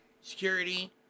security